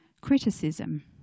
Criticism